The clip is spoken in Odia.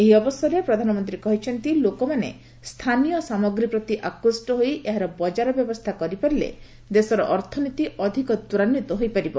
ଏହି ଅବସରରେ ପ୍ରଧାନମନ୍ତ୍ରୀ କହିଛନ୍ତି ଲୋକମାନେ ସ୍ଥାନୀୟ ସାମଗ୍ରୀ ପ୍ରତି ଆକୃଷ୍ଟ ହୋଇ ଏହାର ବକ୍ତାର ବ୍ୟବସ୍ଥା କରିପାରିଲେ ଦେଶର ଅର୍ଥନୀତି ଅଧିକ ତ୍ୱରାନ୍ୱିତ ହୋଇପାରିବ